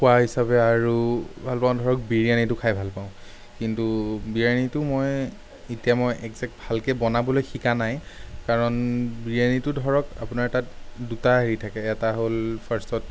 খোৱা হিচাপে আৰু ভালপাওঁ ধৰক বিৰিয়ানিটো খাই ভালপাওঁ কিন্তু বিৰিয়ানিটো মই এতিয়া মই একজেক্ট ভালকে বনাবলৈ শিকা নাই কাৰণ বিৰিয়ানিটো ধৰক আপোনাৰ তাত দুটা হেৰি থাকে এটা হ'ল ফাৰ্ষ্টত